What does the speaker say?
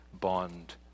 bond